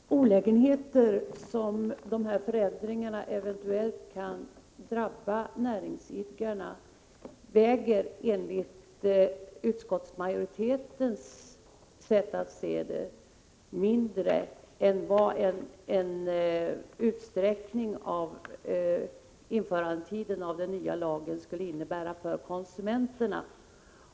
Herr talman! De olägenheter som de här förändringarna eventuellt kan innebära för näringsidkarna väger enligt utskottsmajoritetens sätt att se saken lättare än vad en utsträckning av införandetiden för den nya lagen skulle innebära för konsumenterna.